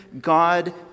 God